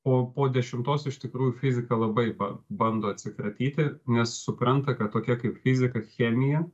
po po dešimtos iš tikrųjų fizika labai ba bando atsikratyti nes supranta kad tokia kaip fizika chemija